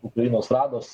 ukrainos rados